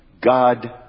God